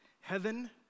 Heaven